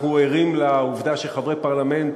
אנחנו ערים לעובדה שחברי פרלמנט,